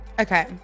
okay